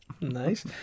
Nice